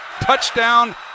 Touchdown